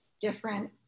different